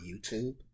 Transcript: YouTube